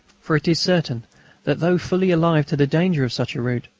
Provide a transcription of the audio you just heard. for it is certain that, though fully alive to the danger of such a route,